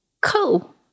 Cool